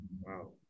Wow